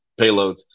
payloads